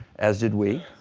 as did we.